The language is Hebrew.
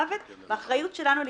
ברוכה הבאה בצל קורתנו היום,